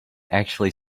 actually